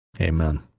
Amen